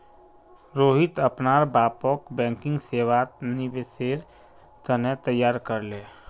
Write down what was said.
रोहित अपनार बापक बैंकिंग सेवात निवेशेर त न तैयार कर ले